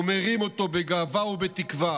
ומרים אותו בגאווה ובתקווה